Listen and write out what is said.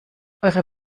eure